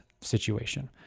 situation